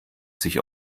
sich